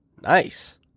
Nice